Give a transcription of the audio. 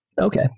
Okay